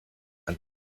and